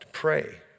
pray